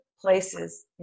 places